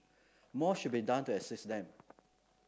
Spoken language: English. more should be done to assist them